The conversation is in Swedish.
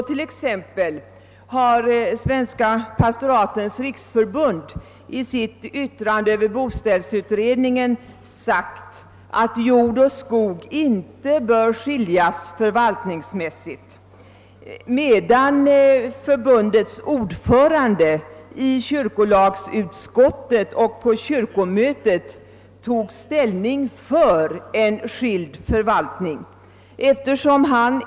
Så till exempel har Svenska pastoratens riksförbund i sitt yttrande över boställsutredningen sagt att jord och skog inte bör skiljas förvaltningsmässigt, medan förbundets ordförande i kyrkolagsutskottet och på kyrkomötet tog ställning för en skild förvaltning.